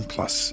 Plus